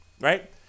right